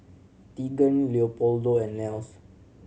Teagan Leopoldo and Nels